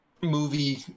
movie